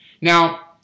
Now